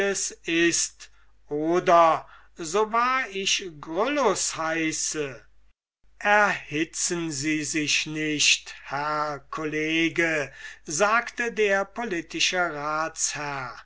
ist oder so wahr ich gryllus heiße erhitzen sie sich nicht herr college sagte der politische